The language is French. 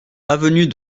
avenue